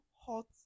hot